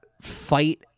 Fight